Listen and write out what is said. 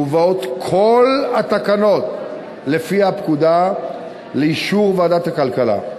מובאות כל התקנות לפי הפקודה לאישור ועדת הכלכלה.